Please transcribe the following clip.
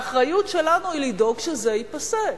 האחריות שלנו היא לדאוג שזה ייפסק.